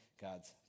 God's